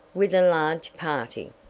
with a large party.